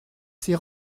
ces